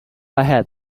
ahead